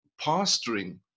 pastoring